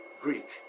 Greek